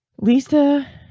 Lisa